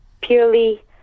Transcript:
purely